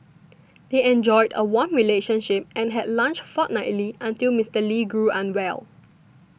they enjoyed a warm relationship and had lunch fortnightly until Mister Lee grew unwell